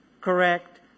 correct